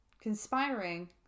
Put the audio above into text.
conspiring